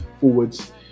forwards